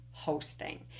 hosting